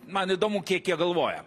man įdomu kiek jie galvoja